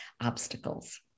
obstacles